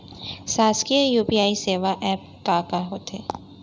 शासकीय यू.पी.आई सेवा एप का का होथे?